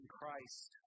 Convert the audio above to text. Christ